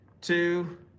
two